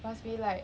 must be like